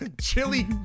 Chili